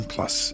Plus